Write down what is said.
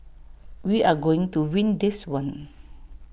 we are going to win this one